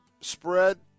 spread